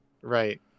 Right